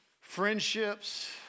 friendships